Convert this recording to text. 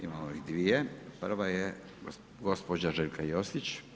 Imamo ih dvije, prva je gospođa Željka Josić.